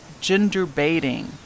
gender-baiting